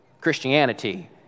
Christianity